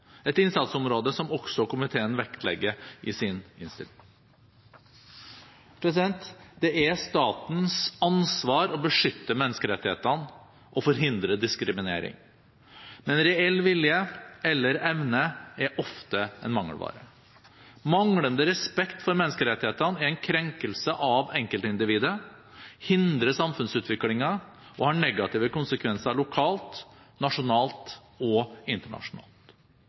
et innsatsområde som også komiteen vektlegger i sin innstilling. Det er statens ansvar å beskytte menneskerettighetene og forhindre diskriminering, men reell vilje eller evne er ofte en mangelvare. Manglende respekt for menneskerettighetene er en krenkelse av enkeltindividet, hindrer samfunnsutviklingen og har negative konsekvenser lokalt, nasjonalt og internasjonalt.